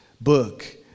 book